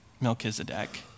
Melchizedek